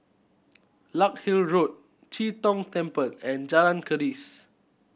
Larkhill Road Chee Tong Temple and Jalan Keris